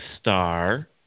star